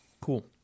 Cool